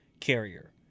carrier